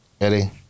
Eddie